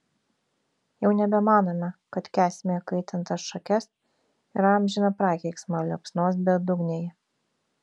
jau nebemanome kad kęsime įkaitintas šakes ir amžiną prakeiksmą liepsnos bedugnėje